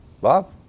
Bob